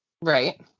Right